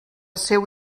seu